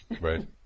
Right